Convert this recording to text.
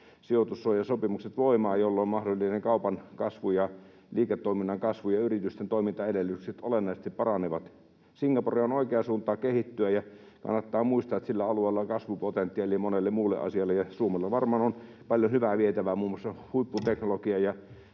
sijoitussuojasopimukset voimaan, jolloin mahdollinen kaupan kasvu ja liiketoiminnan kasvu ja yritysten toimintaedellytykset olennaisesti paranevat. Singapore on oikea suunta kehittyä, ja kannattaa muistaa, että sillä alueella on kasvupotentiaalia monelle muulle asialle ja Suomella varmaan on paljon hyvää vietävää muun muassa huipputeknologian